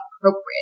appropriate